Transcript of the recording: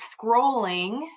scrolling